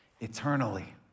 eternally